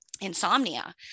insomnia